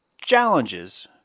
challenges